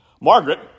Margaret